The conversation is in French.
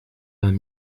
vingt